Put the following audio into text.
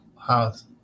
house